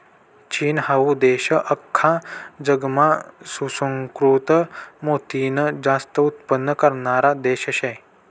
चीन हाऊ देश आख्खा जगमा सुसंस्कृत मोतीनं जास्त उत्पन्न काढणारा देश शे